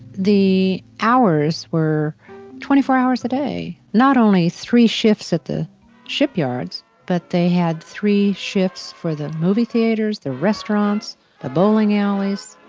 the hours were twenty four hours a day. not only three shifts at the shipyards but they had three shifts for the movie theaters, the restaurants, the bowling alleys.